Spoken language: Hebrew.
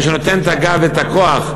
מי שנותן את הגב ואת הכוח,